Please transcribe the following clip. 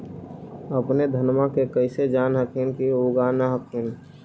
अपने धनमा के कैसे जान हखिन की उगा न हखिन?